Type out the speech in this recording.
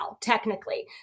technically